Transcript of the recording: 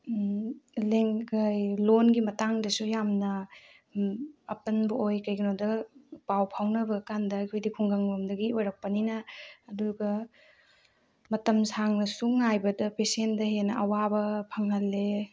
ꯂꯣꯟꯒꯤ ꯃꯇꯥꯡꯗꯁꯨ ꯌꯥꯝꯅ ꯑꯄꯟꯕ ꯑꯣꯏ ꯀꯩꯒꯤꯅꯣꯗ ꯄꯥꯎ ꯐꯥꯎꯅꯕ ꯀꯥꯟꯗ ꯑꯩꯈꯣꯏꯗꯤ ꯈꯨꯡꯒꯪ ꯂꯣꯝꯗꯒꯤ ꯑꯣꯏꯔꯛꯄꯅꯤꯅ ꯑꯗꯨꯒ ꯃꯇꯝ ꯁꯥꯡꯅꯁꯨ ꯉꯥꯏꯕꯗ ꯄꯦꯁꯦꯟꯗ ꯍꯦꯟꯅ ꯑꯋꯥꯕ ꯐꯪꯍꯜꯂꯦ